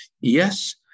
Yes